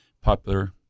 popular